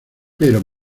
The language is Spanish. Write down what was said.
pero